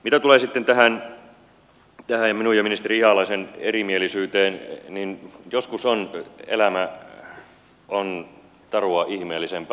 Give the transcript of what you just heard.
mitä tulee minun ja ministeri ihalaisen erimielisyyteen joskus elämä on tarua ihmeellisempää